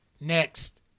next